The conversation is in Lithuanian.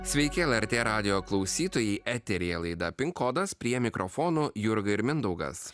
sveiki lrt radijo klausytojai eteryje laida pin kodas prie mikrofono jurga ir mindaugas